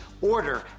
Order